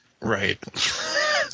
Right